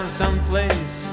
someplace